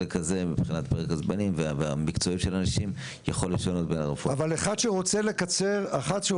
מבחינת פרקי הזמן והמקצועיות של האנשים,